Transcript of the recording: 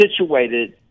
situated